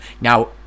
Now